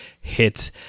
Hit